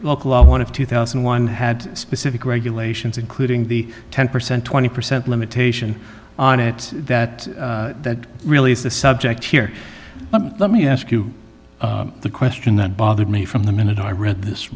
law as one of two thousand and one had specific regulations including the ten percent twenty percent limitation on it that that really is the subject here let me ask you the question that bothered me from the minute i read this